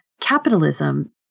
capitalism